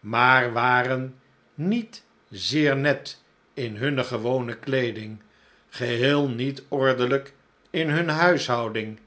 maar waren niet zeer net in hunne gewone kleeding geheel niet ordelijk in hunne huishouding